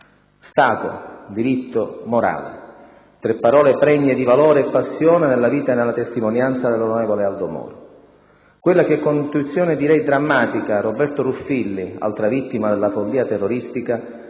Stato, diritto, morale: tre parole pregne di valore e passione nella vita e nella testimonianza dell'onorevole Aldo Moro. Quella che, con un'intuizione, direi drammatica, Roberto Ruffilli, altra vittima della follia terroristica,